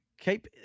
keep